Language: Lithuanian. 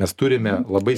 mes turime labai